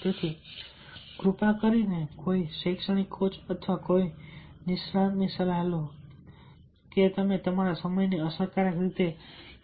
તેથી કૃપા કરીને કોઈ શૈક્ષણિક કોચ અથવા કોઈપણ નિષ્ણાતની સલાહ લો કે તમે તમારા સમયને અસરકારક રીતે કેવી રીતે સંચાલિત કરી શકો